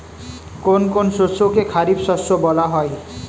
কোন কোন শস্যকে খারিফ শস্য বলা হয়?